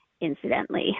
incidentally